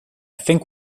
think